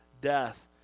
death